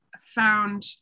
found